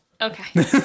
Okay